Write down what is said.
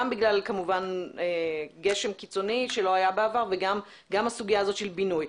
כמובן גם בגלל גשם קיצוני שלא היה בעבר וגם הסוגיה הזאת של בינוי.